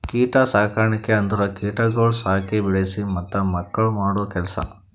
ಕೀಟ ಸಾಕಣಿಕೆ ಅಂದುರ್ ಕೀಟಗೊಳಿಗ್ ಸಾಕಿ, ಬೆಳಿಸಿ ಮತ್ತ ಮಕ್ಕುಳ್ ಮಾಡೋ ಕೆಲಸ